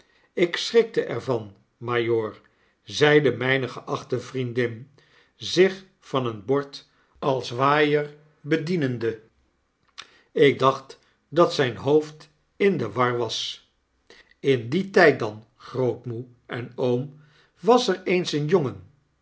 ik schrikte er van majoor zeide myne geachte vriendin zich van een bord als waaier bedienende ik dacht dat zyn hoofd in de war was in dien tyd dan grootmog en oom was er eens een jongen